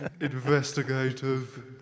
Investigative